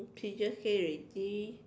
pigeons say already